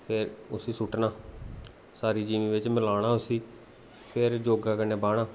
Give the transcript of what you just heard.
ते उस्सी सुट्टना सारी जमीं बिच्च मलाना उस्सी फिर जोगा कन्नै बाह्ना